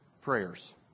prayers